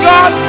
God